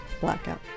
blackout